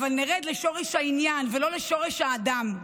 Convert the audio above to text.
אבל נרד לשורש העניין ולא לשורש האדם.